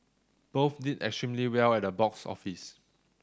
both did extremely well at the box office